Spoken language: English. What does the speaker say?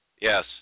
Yes